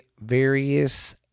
various